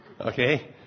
Okay